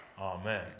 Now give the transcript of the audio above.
Amen